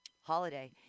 holiday